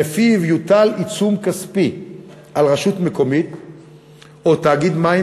שלפיו יוטל עיצום כספי על רשות מקומית או תאגיד מים